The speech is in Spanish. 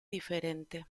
diferente